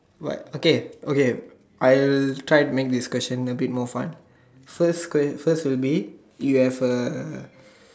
what okay okay I will try to make this question a bit more fun first ques first will be you have a